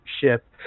ship